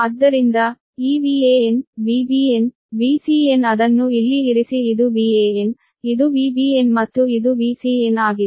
ಆದ್ದರಿಂದ ಈ Van Vbn Vcn ಅದನ್ನು ಇಲ್ಲಿ ಇರಿಸಿ ಇದು Van ಇದು Vbn ಮತ್ತು ಇದು Vcn ಆಗಿದೆ